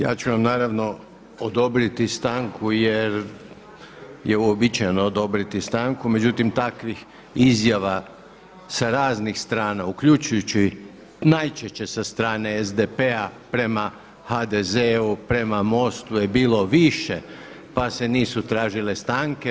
Ja ću vam naravno odobriti stanku jer je uobičajeno odobriti stanku, međutim takvih izjava sa raznih strana uključujući najčešće sa strane SDP-a prema HDZ-u prema MOST-u je bilo više pa se nisu tražile stanke.